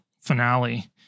finale